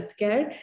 healthcare